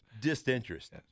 disinterest